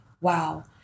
wow